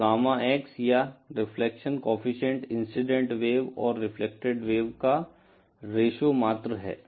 तो gamma x या reflection coefficient incident wave और रेफ्लेक्टेड वेव का रेश्यो मात्र है